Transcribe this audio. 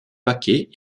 paquets